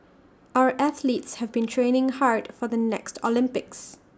our athletes have been training hard for the next Olympics